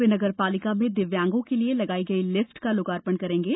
वे नगर पालिका में दिव्यांगों के लिए लगाई गई लिफ्ट का लोकार्पण करेंगे